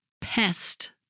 pest